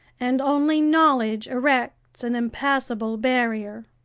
and only knowledge erects an impassable barrier.